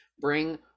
Bring